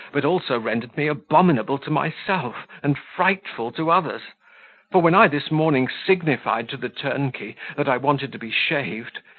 but also rendered me abominable to myself, and frightful to others for when i this morning signified to the turnkey that i wanted to be shaved,